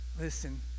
Listen